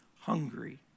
hungry